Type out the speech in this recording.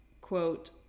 quote